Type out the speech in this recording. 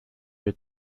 had